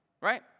Right